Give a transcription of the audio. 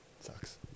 Sucks